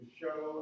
show